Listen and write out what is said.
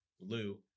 Lou